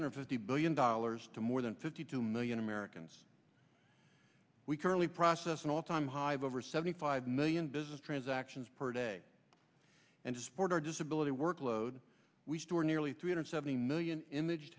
hundred fifty billion dollars to more than fifty two million americans we currently process an all time high of over seventy five million business transactions per day and to support our disability workload we store nearly three hundred seventy million image